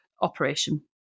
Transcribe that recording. operation